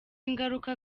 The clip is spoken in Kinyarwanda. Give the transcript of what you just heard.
ngaruka